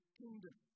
kingdom